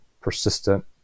persistent